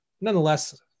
nonetheless